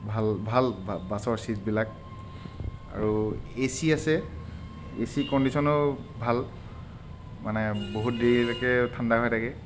ভাল ভাল বাছৰ ছীটবিলাক আৰু এ চি আছে এ চি কণ্ডিচনো ভাল মানে বহুত দেৰিলৈকে ঠাণ্ডা হৈ থাকে